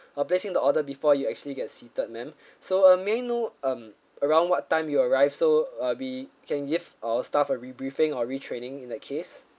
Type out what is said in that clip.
uh placing the order before you actually get seated ma'am so uh may I know um around what time you arrived so I'll be can give our staff uh re-briefing or retraining in that case